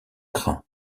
crins